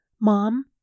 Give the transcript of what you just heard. Mom